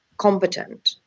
competent